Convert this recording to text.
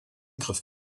griff